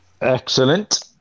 excellent